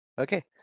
okay